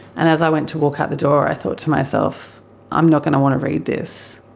and as i went to walk out the door i thought to myself i'm not going to want to read this.